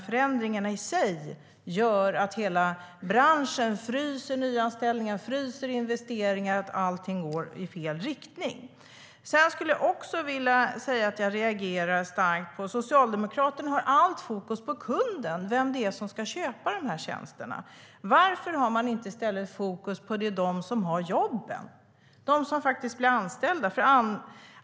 Förändringarna i sig gör att hela branschen fryser nyanställningar och investeringar, och allting går i fel riktning. Jag reagerar också starkt på att Socialdemokraterna har allt fokus på kunden, alltså den som ska köpa tjänsterna. Varför har man inte i stället fokus på dem som har jobben och som faktiskt blir anställda?